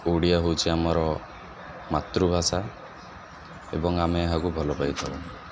ଓଡ଼ିଆ ହେଉଛି ଆମର ମାତୃଭାଷା ଏବଂ ଆମେ ଏହାକୁ ଭଲ ପାଇଥାଉ